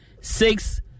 six